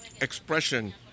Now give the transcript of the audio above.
expression